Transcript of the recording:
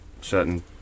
certain